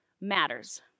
matters